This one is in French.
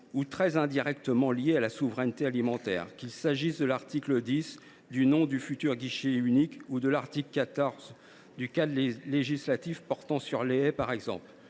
ou très indirectement liés à la souveraineté alimentaire, qu’il s’agisse de l’article 10, relatif au nom du futur guichet unique, ou de l’article 14, à propos du cadre législatif portant sur les haies. Cela